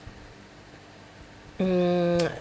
mm